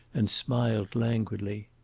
and smiled languidly.